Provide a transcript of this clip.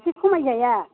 एसे खमायजाया